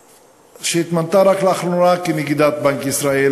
שהתמנתה רק לאחרונה לנגידת בנק ישראל,